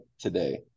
today